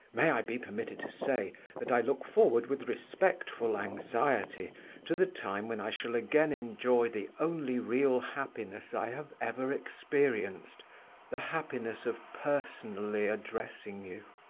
may i be permitted to say that i look forward with respectful anxiety to the time when i shall again enjoy the only real happiness i have ever experienced the happiness of personally addressing you?